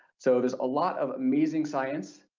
so there's a lot of amazing science,